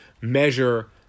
measure